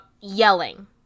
yelling